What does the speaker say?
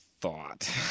thought